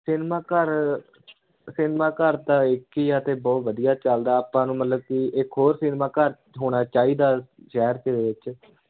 cinema ਘਰ cinema ਘਰ ਤਾਂ ਇੱਕ ਹੀ ਆ ਅਤੇ ਬਹੁਤ ਵਧੀਆ ਚੱਲਦਾ ਆਪਾਂ ਨੂੰ ਮਤਲਬ ਕਿ ਇੱਕ ਹੋਰ ਸਿਨਮਾ ਘਰ ਹੋਣਾ ਚਾਹੀਦਾ ਸ਼ਹਿਰ ਦੇ ਵਿੱਚ